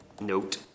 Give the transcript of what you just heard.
note